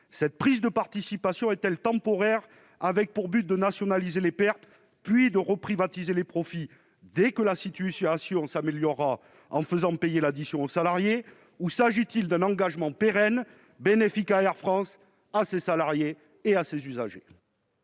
Cette prise de participation est-elle temporaire dans le but de nationaliser les pertes puis de reprivatiser les profits dès que la situation s'améliorera, en faisant payer l'addition aux salariés, ou s'agit-il d'un engagement pérenne, bénéfique à Air France, à ses salariés et à ses usagers ?